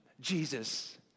Jesus